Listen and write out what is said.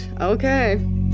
Okay